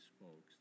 folks